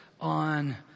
on